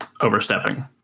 overstepping